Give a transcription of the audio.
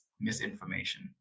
misinformation